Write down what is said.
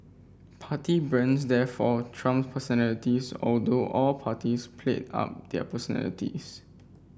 party brands therefore trumped personalities although all parties played up their personalities